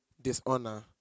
dishonor